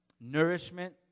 nourishment